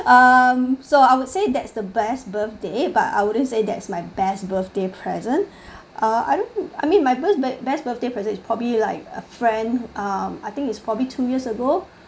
um so I would say that's the best birthday but I wouldn't say that's my best birthday present uh I mean I mean my best birthday present is probably like a friend um I think it's probably two years ago